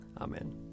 Amen